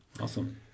Awesome